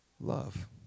Love